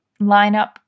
lineup